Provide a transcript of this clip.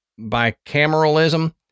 bicameralism